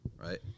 Right